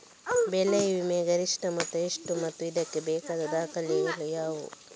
ಬೆಳೆ ವಿಮೆಯ ಗರಿಷ್ಠ ಮೊತ್ತ ಎಷ್ಟು ಮತ್ತು ಇದಕ್ಕೆ ಬೇಕಾದ ದಾಖಲೆಗಳು ಯಾವುವು?